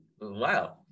wow